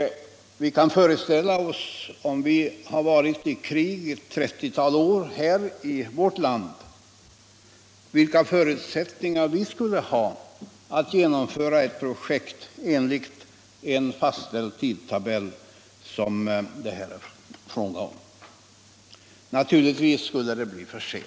Vi kan ju föreställa oss vilka förutsättningar vi skulle ha haft, om vi hade haft krig ett 30-tal år i vårt land, att genomföra ett projekt enligt en fastställd tidtabell. Naturligtvis skulle förseningar uppstå.